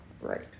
Right